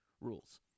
rules